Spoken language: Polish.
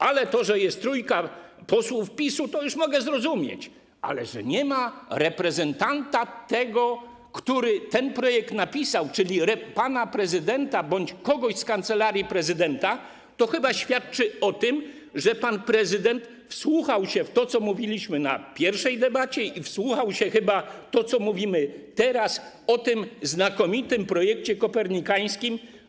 Ale to, że jest trójka posłów PiS-u, to już mogę zrozumieć, ale to, że nie ma reprezentanta tego, który ten projekt napisał, czyli pana prezydenta bądź kogoś z kancelarii prezydenta, chyba świadczy o tym, że pan prezydent wsłuchał się w to, co mówiliśmy podczas pierwszej debaty i wsłuchał się chyba w to, co mówimy teraz o tym znakomitym projekcie kopernikańskim.